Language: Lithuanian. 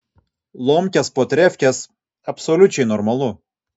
lomkės po trefkės absoliučiai normalu